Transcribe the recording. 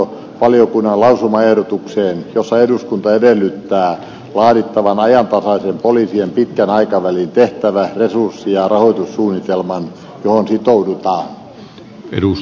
yhdynkin hallintovaliokunnan lausumaehdotukseen jossa eduskunta edellyttää laadittavan ajantasaisen poliisien pitkän aikavälin tehtävä resurssi ja rahoitussuunnitelman johon sitoudutaan